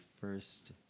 first